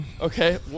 Okay